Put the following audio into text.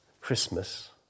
Christmas